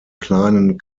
kleinen